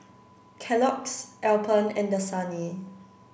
Kellogg's Alpen and Dasani